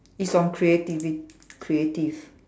it's on creativit~ creative